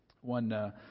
one